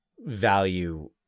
value